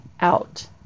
out